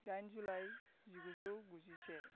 दाइन जुलाइ जिगुजौ गुजिसे